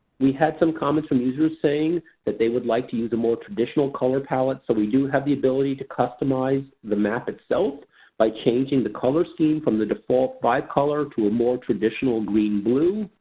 we had some comments from users saying that they would like to use a more traditional color palette so we do have the ability to customize the map itself by changing the color scheme from the default five-color to a more traditional green-blue,